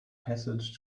passage